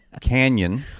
canyon